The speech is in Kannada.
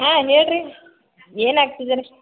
ಹಾಂ ಹೇಳ್ರಿ ಏನು ಆಗ್ತಿದೆ ರೀ